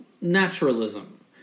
naturalism